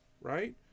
Right